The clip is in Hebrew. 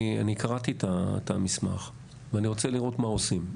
אני קראתי את המסמך ואני רוצה לראות מה עושים.